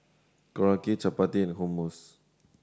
Korokke Chapati and Hummus